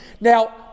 Now